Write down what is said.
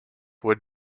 would